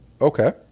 Okay